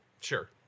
Sure